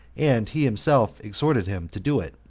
and he himself exhorted him to do it,